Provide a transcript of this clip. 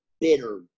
bitter